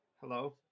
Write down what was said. Hello